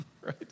Right